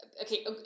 okay